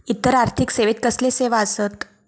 इतर आर्थिक सेवेत कसले सेवा आसत?